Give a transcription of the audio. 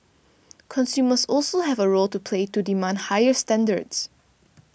consumers also have a role to play to demand higher standards